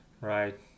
Right